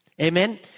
Amen